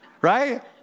Right